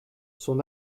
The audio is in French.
son